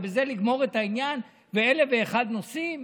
ובזה לגמור את העניין באלף ואחד נושאים?